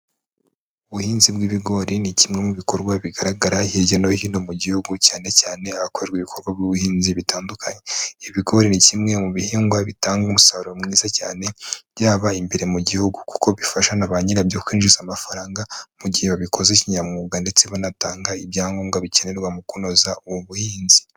Ubuhinzi bw'ibigori ni kimwe mu bikorwa bigaragara hirya no hino mu gihugu cyane cyane ahakorerwa ibikorwa by'ubuhinzi bitandukanye, ibigori ni kimwe mu bihingwa bitanga umusaruro mwiza cyane byaba imbere mu gihugu, kuko bifasha na ba nyirabyo kwinjiza amafaranga mu gihe babikoze kinyamwuga ndetse banatanga ibyangombwa bikenerwa mu kunoza ubu buhinzi.